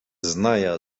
зная